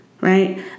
Right